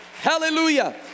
Hallelujah